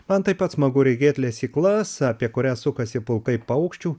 man taip pat smagu regėt lesyklas apie kurias sukasi pulkai paukščių